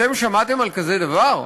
אתם שמעתם על כזה דבר,